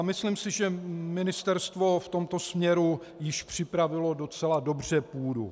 Myslím si, že ministerstvo v tomto směru již připravilo docela dobře půdu.